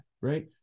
Right